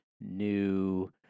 new